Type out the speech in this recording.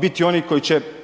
biti oni koji će